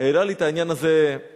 העלה לי את העניין הזה מחדש.